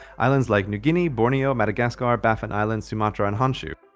islands like new guinea, borneo, madagascar, baffin island, sumatra, and honshu.